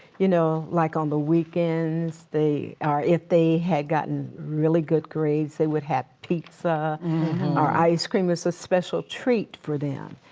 you know, like on the weekends, or if they had gotten really good grades, they would have pizza or ice cream as a special treat for them.